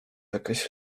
jakaś